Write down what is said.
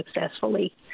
successfully